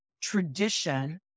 tradition